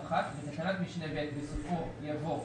"(א1)בתקנת משנה (ב), בסופו יבוא